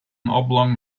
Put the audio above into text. oblong